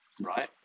right